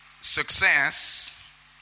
Success